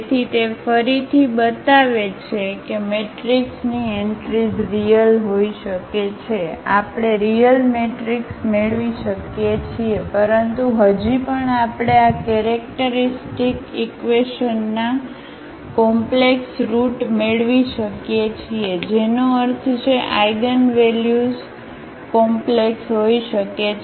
તેથી તે ફરીથી બતાવે છે કે મેટ્રિક્સની એન્ટ્રીઝ રીયલ હોઈ શકે છે આપણે રીયલ મેટ્રિક્સ મેળવી શકીએ છીએ પરંતુ હજી પણ આપણે આ કેરેક્ટરિસ્ટિક ઈક્વેશનના કોમ્પ્લેક્સ રુટ મેળવી શકીએ છીએ જેનો અર્થ છે આઇગનવેલ્યુ સ કોમ્પ્લેક્સ હોઈ શકે છે